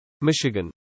Michigan